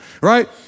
right